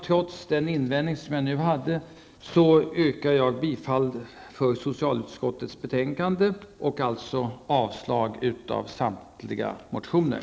Trots den invändning som jag här har gjort yrkar jag bifall till hemställan i socialutskottets betänkande och därmed avslag på samtliga motioner.